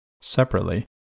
separately